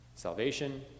Salvation